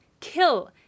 kill